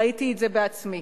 ראיתי את זה בעצמי.